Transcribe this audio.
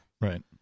Right